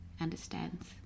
understands